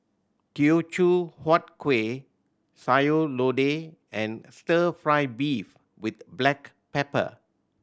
Teochew Huat Kueh Sayur Lodeh and Stir Fry beef with black pepper